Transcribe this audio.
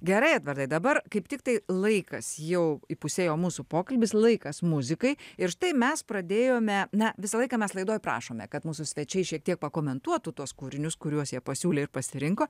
gerai edvardai dabar kaip tiktai laikas jau įpusėjo mūsų pokalbis laikas muzikai ir štai mes pradėjome na visą laiką mes laidoj prašome kad mūsų svečiai šiek tiek pakomentuotų tuos kūrinius kuriuos jie pasiūlė ir pasirinko